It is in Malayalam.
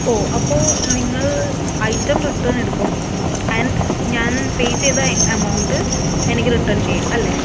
ഓ അപ്പോൾ നിങ്ങൾ ഐറ്റം റിട്ടേൺ എടുക്കും ആൻഡ് ഞാൻ പേ ചെയ്ത എമൗണ്ട് എനിക്ക് റിട്ടേൺ ചെയ്യും അല്ലെ